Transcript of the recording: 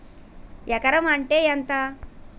ఎకరం అంటే ఎంత?